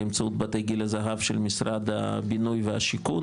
באמצעות בתי גיל הזהב של משרד הבינוי והשיכון